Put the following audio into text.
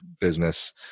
business